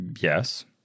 Yes